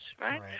right